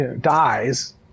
dies